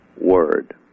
word